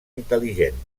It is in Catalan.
intel·ligent